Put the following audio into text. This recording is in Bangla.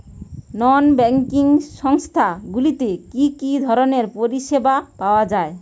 নন ব্যাঙ্কিং সংস্থা গুলিতে কি কি ধরনের পরিসেবা পাওয়া য়ায়?